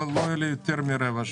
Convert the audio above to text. אבל לא יהיה לי יותר מרבע שעה.